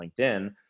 LinkedIn